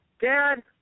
Dad